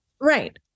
right